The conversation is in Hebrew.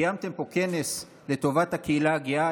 קיימתם פה כנס לטובת הקהילה הגאה,